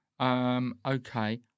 Okay